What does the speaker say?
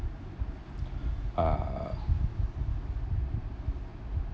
uh